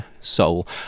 soul